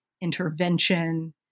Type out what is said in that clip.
intervention